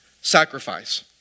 Sacrifice